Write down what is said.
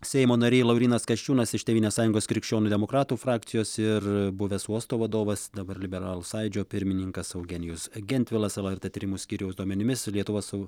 seimo nariai laurynas kasčiūnas iš tėvynės sąjungos krikščionių demokratų frakcijos ir buvęs uosto vadovas dabar liberalų sąjūdžio pirmininkas eugenijus gentvilas lrt tyrimų skyriaus duomenimis lietuva su